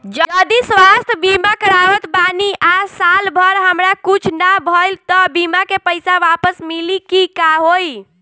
जदि स्वास्थ्य बीमा करावत बानी आ साल भर हमरा कुछ ना भइल त बीमा के पईसा वापस मिली की का होई?